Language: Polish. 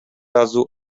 razu